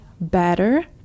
better